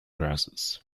grasses